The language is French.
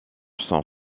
son